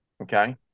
Okay